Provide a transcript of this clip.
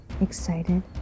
Excited